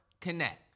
connect